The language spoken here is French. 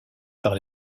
par